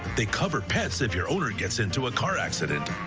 they cover pets if your owner gets into a car accident.